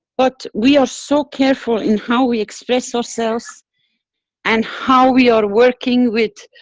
but, we are so careful in how we express ourselves and how we are working with.